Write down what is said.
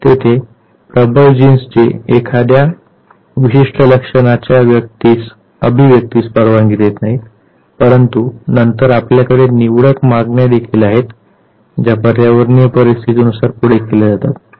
तेथे प्रबळ जीन्स जे एखाद्या विशिष्ट लक्षणांच्या अभिव्यक्तीस परवानगी देत नाहीत परंतु नंतर आपल्याकडे निवडक मागण्या देखील आहेत ज्या पर्यावरणीय परिस्थितीनुसार पुढे केल्या जातात